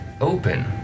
open